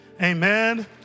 Amen